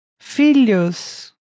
Filhos